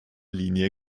linie